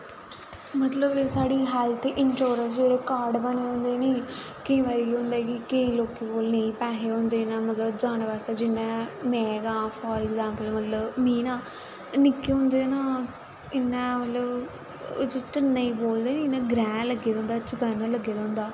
मतलब साढ़ी health insurance जेह्ड़े कार्ड बने दे होंदे नी केईं बारी केह् होंदा ऐ कि केईं लोकें कोल नेईं पैहे होंदे न मतलब जाने बास्तै जियां में गै आं फार अग्जैपल मीं ना निक्के होंदे ना इन्ना मतलब चन्नै गी बोलदे नी जियां ग्रैंह् लग्गे दा होंदा